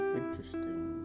interesting